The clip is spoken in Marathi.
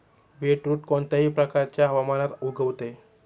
बीटरुट कोणत्याही प्रकारच्या हवामानात उगवते